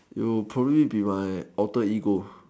you probably be my outer ego